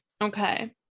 okay